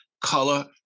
color